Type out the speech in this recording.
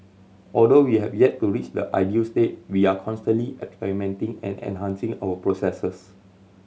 although we have yet to reach the ideal state we are constantly experimenting and enhancing our processes